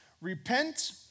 repent